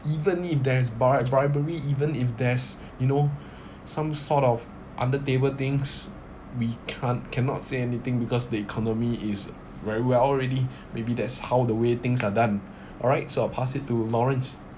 even if there's bar~ bribery even if there's you know some sort of under table things we can't cannot say anything because the economy is very well already maybe that's how the way things are done alright so I pass it to lawrence